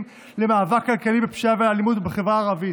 למאבק כלכלי בפשיעה והאלימות בחברה הערבית.